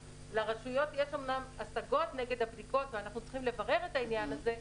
לרשויות יש אמנם השגות נגד הבדיקות ואנחנו צריכים לברר את העניין הזה,